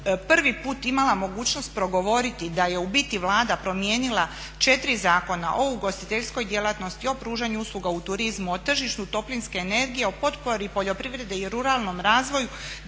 prvi put imala mogućnost progovoriti da je u biti Vlada promijenila 4 zakona: o ugostiteljskoj djelatnosti, o pružanju usluga u turizmu, o tržištu toplinske energije, o potpori poljoprivredi i ruralnom razvoju